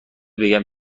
بگم